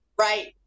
Right